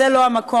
זה לא המקום,